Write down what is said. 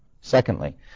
Secondly